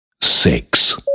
six